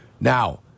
Now